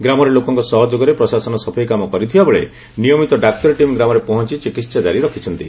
ଗ୍ରାମରେ ଲୋକଙ୍ଙ ସହଯୋଗରେ ପ୍ରଶାସନ ସଫେଇ କାମ କରିଥିବାବେଳେ ନିୟମିତ ଡାକ୍ତରୀଟିମ୍ ଗ୍ରାମରେ ପହଞ୍ ଚିକିହା ଜାରି ରଖିଛନ୍ତି